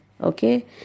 Okay